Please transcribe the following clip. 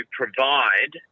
provide